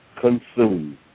consumed